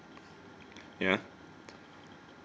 ya